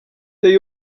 they